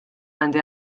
għandi